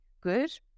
good